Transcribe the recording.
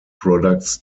products